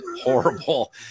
horrible